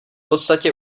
podstatě